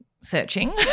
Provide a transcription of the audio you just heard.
searching